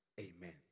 Amen